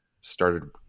started